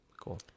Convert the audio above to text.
Cool